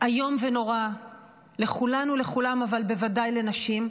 איום ונורא לכולן ולכולם, אבל בוודאי לנשים.